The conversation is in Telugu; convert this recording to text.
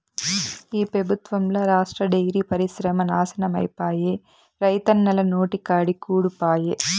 ఈ పెబుత్వంల రాష్ట్ర డైరీ పరిశ్రమ నాశనమైపాయే, రైతన్నల నోటికాడి కూడు పాయె